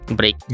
break